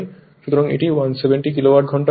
সুতরাং এটি 170 কিলোওয়াট ঘন্টা হবে